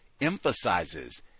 emphasizes